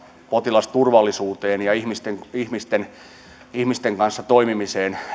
potilasturvallisuuteen ja ihmisten ihmisten kanssa toimimiseen